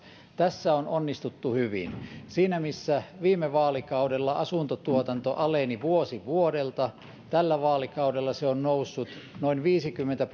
tässä on onnistuttu hyvin siinä missä viime vaalikaudella asuntotuotanto aleni vuosi vuodelta tällä vaalikaudella se on noussut noin viisikymmentä